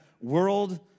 world